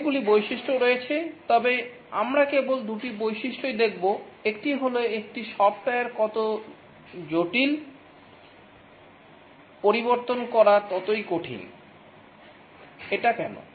অনেকগুলি বৈশিষ্ট্য রয়েছে তবে আমরা কেবল দুটি বৈশিষ্ট্যই দেখব একটি হল একটি সফ্টওয়্যার যত জটিল পরিবর্তন করা ততই কঠিন এটা কেন